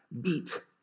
beat